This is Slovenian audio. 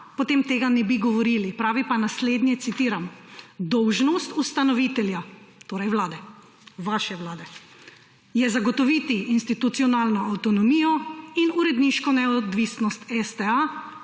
potem tega ne bi govorili. Pravi pa naslednje, citiram: »Dolžnost ustanovitelja, torej vlade, vaše vlade je zagotoviti institucionalno avtonomijo in uredniško neodvisnost STA